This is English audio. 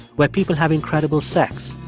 where people have incredible sex.